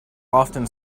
often